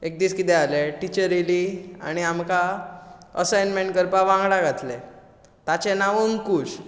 एक दीस कितें आलें टिचर एली आनी आमकां असायमेंट करपाक वांगडा घातलें ताचें नांव अंकूश